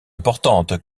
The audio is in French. importante